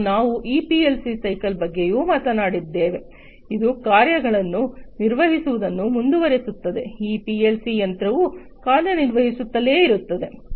ಮತ್ತು ನಾವು ಈ ಪಿಎಲ್ಸಿ ಸೈಕಲ್ ಬಗ್ಗೆಯೂ ಮಾತನಾಡಿದ್ದೇವೆ ಇದು ಕಾರ್ಯಗಳನ್ನು ನಿರ್ವಹಿಸುವುದನ್ನು ಮುಂದುವರೆಸುತ್ತದೆ ಈ ಪಿಎಲ್ಸಿ ಯಂತ್ರವು ಕಾರ್ಯನಿರ್ವಹಿಸುತ್ತಲೇ ಇರುತ್ತದೆ